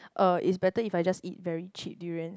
uh it's better if I just eat very cheap durians